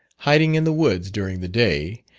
hiding in the woods during the day,